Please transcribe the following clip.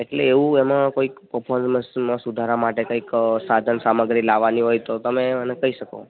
એટલે એવું એમાં કોઈક પરફોર્મન્સમાં સુધારા માટે કંઈક સાધન સામગ્રી લાવવાની હોય તો તમે મને કહી શકો